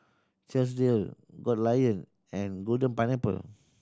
Chesdale Goldlion and Golden Pineapple